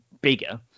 bigger